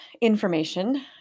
information